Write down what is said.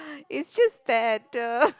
is just that uh